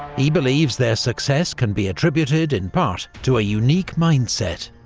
he believes their success can be attributed, in part, to a unique mindset,